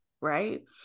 right